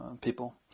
people